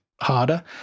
harder